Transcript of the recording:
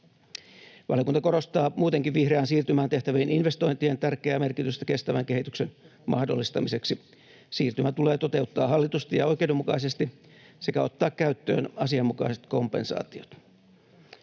Valiokunta korostaa muutenkin vihreään siirtymään tehtävien investointien tärkeää merkitystä kestävän kehityksen mahdollistamiseksi. Siirtymä tulee toteuttaa hallitusti ja oikeudenmukaisesti sekä ottaa käyttöön asianmukaiset kompensaatiot.